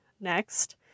Next